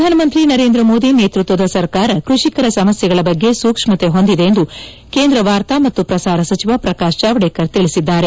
ಪ್ರಧಾನಮಂತ್ರಿ ನರೇಂದ್ರ ಮೋದಿ ನೇತೃತ್ವದ ಸರ್ಕಾರ ಕೃಷಿಕರ ಸಮಸ್ಯೆಗಳ ಬಗ್ಗೆ ಸೂಕ್ಷ್ಮತೆ ಹೊಂದಿದೆ ಎಂದು ಕೇಂದ್ರ ವಾರ್ತಾ ಮತ್ತು ಪ್ರಸಾರ ಸಚಿವ ಪ್ರಕಾಶ್ ಜಾವಡೇಕರ್ ತಿಳಿಸಿದ್ದಾರೆ